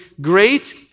great